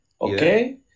okay